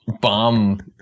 bomb